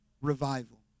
revival